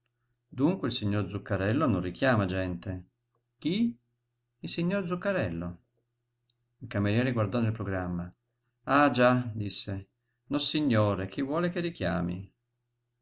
dunque il signor zuccarello non richiama gente chi il signor zuccarello il cameriere guardò nel programma ah già disse nossignore chi vuole che richiami